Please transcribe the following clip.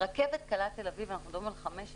על הרכבת הקלה של תל-אביב מדובר על 15 מיליארד.